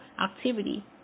activity